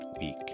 week